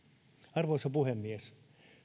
arvoisa puhemies